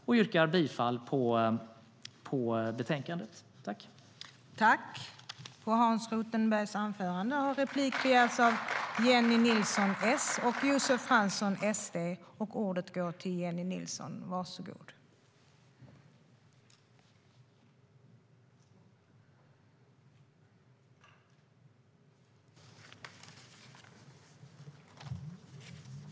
Jag yrkar bifall till utskottets förslag i betänkandet.I detta anförande instämde Ann-Charlotte Hammar Johnsson, Gunilla Nordgren, Cecilie Tenfjord-Toftby och Jörgen Warborn .